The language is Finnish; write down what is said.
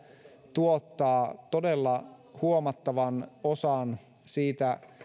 tuottaa todella huomattavan osan siitä